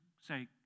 say